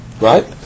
right